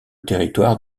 territoire